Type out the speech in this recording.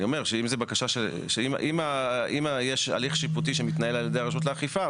אני אומר שאם יש הליך שיפוטי שמתנהל על ידי הרשות לאכיפה,